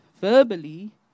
verbally